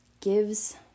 gives